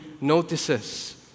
notices